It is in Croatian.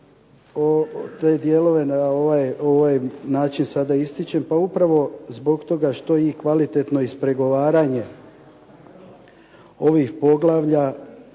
te dijelove na ovaj način sada ističem? Pa upravo zbog toga što i kvalitetno ispregovaranje ovih poglavlja